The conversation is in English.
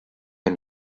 and